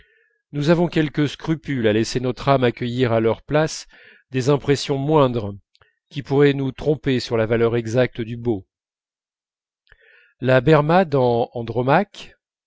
nous avons quelque scrupule à laisser notre âme accueillir à leur place des impressions moindres qui pourraient nous tromper sur la valeur exacte du beau la berma dans andromaque